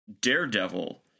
Daredevil